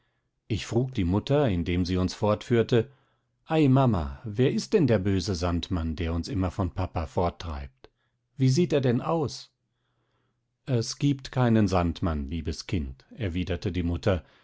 ich frug die mutter indem sie uns fortführte ei mama wer ist denn der böse sandmann der uns immer von papa forttreibt wie sieht er denn aus es gibt keinen sandmann mein liebes kind erwiderte die mutter